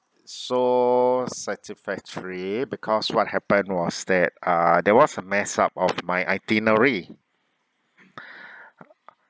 so satisfactory because what happened was that uh there was a messed up of my itinerary